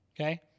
Okay